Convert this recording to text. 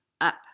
up